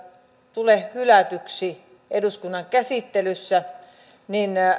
tule hylätyksi eduskunnan käsittelyssä niin